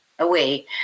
Away